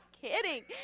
kidding